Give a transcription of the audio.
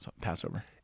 Passover